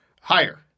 higher